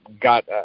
got